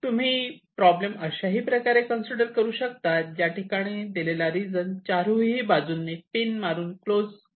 तुम्ही प्रॉब्लेम अशाही प्रकारे कन्सिडर करू शकतात ज्या ठिकाणी दिलेला रिजन चारही बाजूंनी पिन मारून क्लोज केला आहे